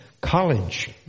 college